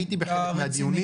הייתי בחלק מהדיונים.